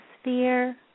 sphere